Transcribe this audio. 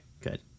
Good